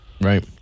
Right